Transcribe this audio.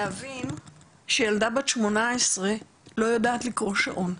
להבין שילדה בת 18 לא יודעת לקרוא שעון.